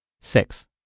Six